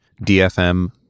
DFM